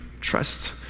trust